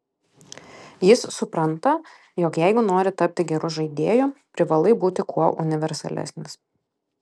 jis supranta jog jeigu nori tapti geru žaidėju privalai būti kuo universalesnis